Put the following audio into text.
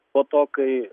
po to kai